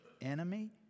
enemy